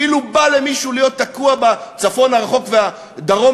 כאילו בא למישהו להיות תקוע בצפון הרחוק ובדרום